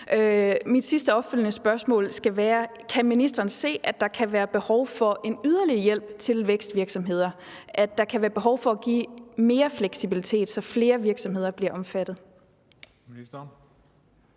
Mit sidste opfølgende spørgsmål skal være: Kan ministeren se, at der kan være behov for en yderligere hjælp til vækstvirksomheder, og at der kan være behov for at give mere fleksibilitet, så flere virksomheder bliver omfattet?